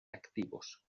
activos